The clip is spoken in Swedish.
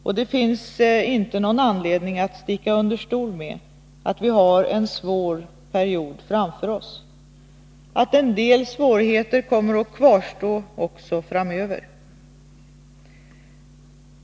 Och vi skall inte sticka under stol med att vi har en svår period framför oss, att en del svårigheter kommer att kvarstå också framöver.